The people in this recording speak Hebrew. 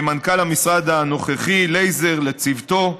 למנכ"ל המשרד הנוכחי לייזר ולצוותו,